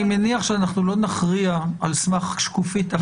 מניח שאנחנו לא נכריע על סמך שקופית אחת.